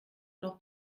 noch